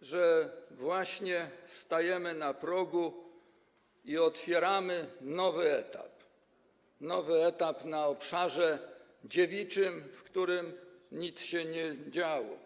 że właśnie stajemy na progu i otwieramy nowy etap - nowy etap na obszarze dziewiczym, w którym nic się nie działo.